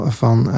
van